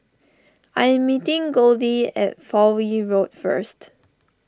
I am meeting Goldie at Fowlie Road first